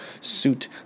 suit